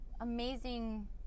amazing